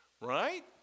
right